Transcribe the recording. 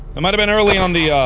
i might've been early on the